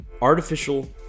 Artificial